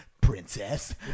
princess